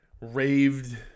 raved